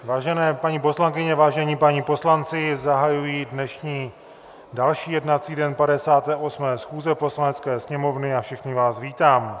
Vážené paní poslankyně, vážení páni poslanci, zahajuji dnešní další jednací den 58. schůze Poslanecké sněmovny a všechny vás vítám.